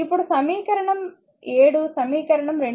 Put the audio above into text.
ఇప్పుడు సమీకరణం 7 సమీకరణం 2